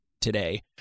today